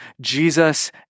Jesus